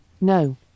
no